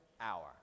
hour